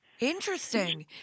Interesting